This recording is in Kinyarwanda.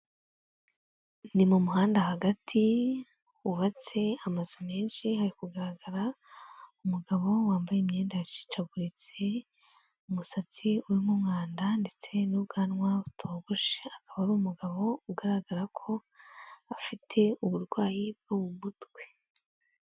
Ni mu muhanda hagati, hubatse amazu menshi, hari kugaragara umugabo wambaye imyenda yacicaguritse, umusatsi urimo umwanda ndetse n'ubwanwa butogoshe, akaba ari umugabo ugaragara ko afite uburwayi bwo mu mutwe.